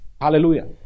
Hallelujah